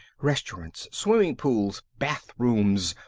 restaurants. swimming pools. bathrooms!